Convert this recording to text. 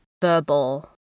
verbal